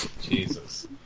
Jesus